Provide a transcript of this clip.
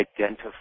identify